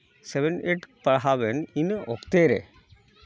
seven eight ᱯᱟᱲᱦᱟᱣ ᱨᱮᱱ ᱤᱱᱟᱹ ᱚᱠᱛᱮ ᱨᱮ